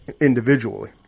individually